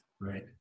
Right